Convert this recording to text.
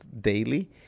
daily